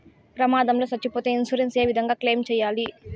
ప్రమాదం లో సచ్చిపోతే ఇన్సూరెన్సు ఏ విధంగా క్లెయిమ్ సేయాలి?